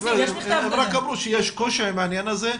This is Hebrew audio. הם רק אמרו שיש קושי עם העניין הזה.